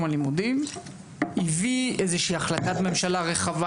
הלימודים הביא איזה שהיא החלטת ממשלה רחבה,